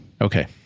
Okay